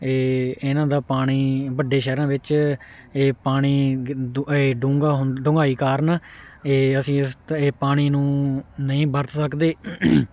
ਇਹ ਇਹਨਾਂ ਦਾ ਪਾਣੀ ਵੱਡੇ ਸ਼ਹਿਰਾਂ ਵਿੱਚ ਇਹ ਪਾਣੀ ਡੂੰਘਾ ਹੁੰਦਾ ਡੁੰਘਾਈ ਕਾਰਨ ਇਹ ਅਸੀਂ ਇਹ ਪਾਣੀ ਨੂੰ ਨਹੀਂ ਵਰਤ ਸਕਦੇ